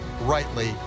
rightly